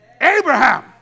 Abraham